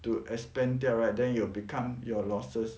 to expand 掉 right then you will become your losses